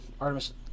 Artemis